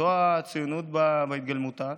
זאת הציונות בהתגלמותה.